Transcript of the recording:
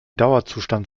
dauerzustand